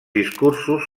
discursos